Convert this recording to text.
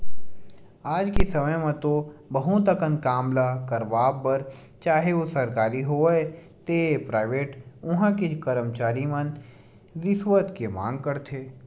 आज के समे म तो बहुत अकन काम ल करवाय बर चाहे ओ सरकारी होवय ते पराइवेट उहां के करमचारी मन रिस्वत के मांग करथे